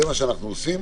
זה מה שאנחנו עושים,